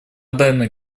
данной